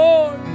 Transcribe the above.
Lord